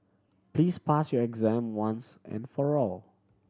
please pass your exam once and for all